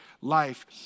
life